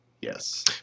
yes